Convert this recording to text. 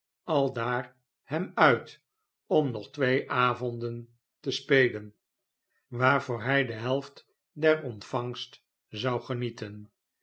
aldaar hem uit om nog twee avonden te spelen waarvoor hij de helft der ontvangst zou genieten